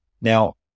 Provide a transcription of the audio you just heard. Now